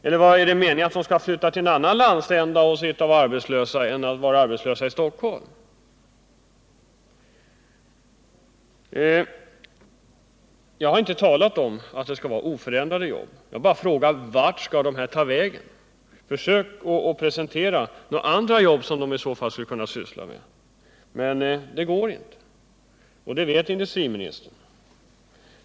Eller är det meningen att de skall flytta till en annan landsända och sitta där och vara arbetslösa i stället för i Stockholm? Jag har inte talat om att det skulle vara oförändrade jobb, utan jag har bara frågat vart dessa människor skall ta vägen. Försök att presentera några andra jobb som de skall kunna syssla med! Det går inte, och det vet industriministern.